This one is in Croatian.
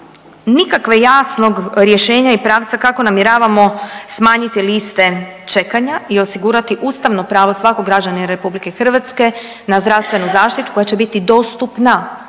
nikakve jasnog rješenja i pravca kako namjeravamo smanjiti liste čekanja i osigurati ustavno pravo svakog građanina RH na zdravstvenu zaštitu koja će biti do-stu-pna,